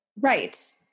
Right